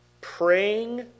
praying